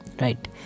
right